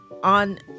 on